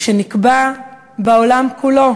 שנקבע בעולם כולו